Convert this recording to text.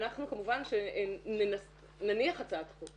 אנחנו כמובן שנניח הצעת חוק.